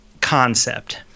concept